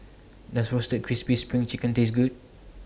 Does Roasted Crispy SPRING Chicken Taste Good